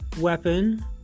weapon